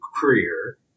career